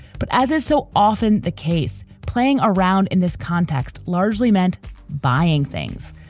but as is so often the case, playing around in this context largely meant buying things.